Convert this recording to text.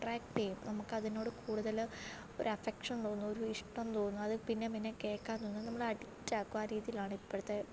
attract ചെയ്യും നമുക്ക് അതിനോട് കൂടുതൽ ഒരു അഫക്ഷൻ തോന്നും ഒരു ഇഷ്ടം തോന്നും അത് പിന്നെയും പിന്നെയും കേൾക്കാൻ തോന്നും നമ്മളെ അഡിക്റ്റാക്കും ആ രീതിയിലാണ് ഇപ്പോഴത്തെ